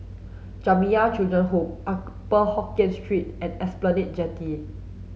Jamiyah Children's Home Upper Hokkien Street and Esplanade Jetty